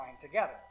together